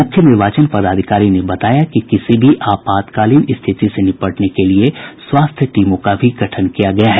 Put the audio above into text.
मुख्य निर्वाचन पदाधिकारी ने बताया कि किसी भी आपातकालीन स्थिति से निपटने के लिये स्वास्थ्य टीमों का भी गठन किया गया है